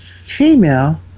female